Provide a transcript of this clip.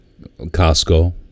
Costco